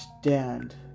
stand